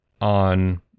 on